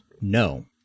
No